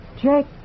Jake